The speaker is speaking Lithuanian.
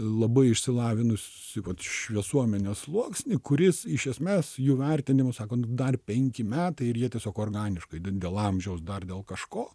labai išsilavinusį vat šviesuomenės sluoksnį kuris iš esmės jų vertinimu sako nu dar penki metai ir jie tiesiog organiškai dėl amžiaus dar dėl kažko